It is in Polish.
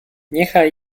niechaj